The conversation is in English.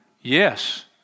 Yes